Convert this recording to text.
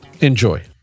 Enjoy